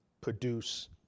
produce